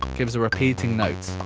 gives a repeating note